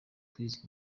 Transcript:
twizeye